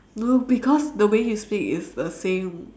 no because the way you speak is the same